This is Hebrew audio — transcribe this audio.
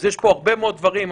אז יש פה הרבה מאוד דברים.